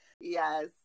yes